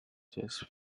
just